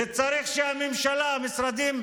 וצריך שהממשלה, המשרדים,